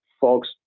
folks